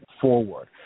forward